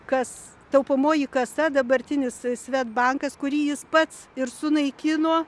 kas taupomoji kasa dabartinis s sved bankas kurį jis pats ir sunaikino